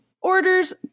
orders